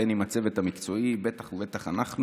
הצוות המקצועי ובטח אנחנו,